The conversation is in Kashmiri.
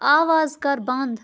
آواز کر بند